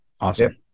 awesome